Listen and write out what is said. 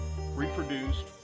reproduced